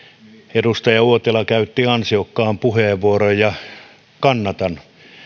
edustaja uotila käytti ansiokkaan puheenvuoron ja kannatan